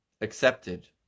accepted